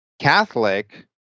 Catholic